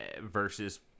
versus